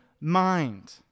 mind